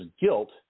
guilt